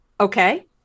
okay